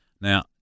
Now